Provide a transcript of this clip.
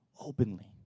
openly